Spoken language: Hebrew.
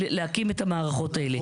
להקים את המערכות האלה.